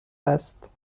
است